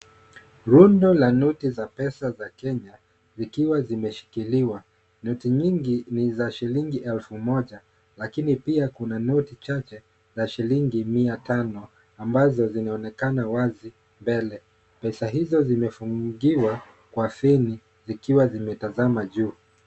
Rundo la noti za pesa za Kenya zikiwa zimeshikiliwa. Noti nyingi ni za shilingi elfu moja lakini pia kuna noti chache za shilingi mia tano ambazo zinaonekana wazi mbele. Pesa hizo zimefungiwa kwa feni zikiwa zimetazama juu.